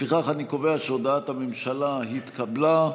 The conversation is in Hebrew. לפיכך אני קובע שהודעת הממשלה התקבלה,